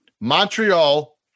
Montreal